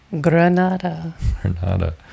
Granada